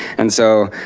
and so,